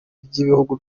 ry’ibihugu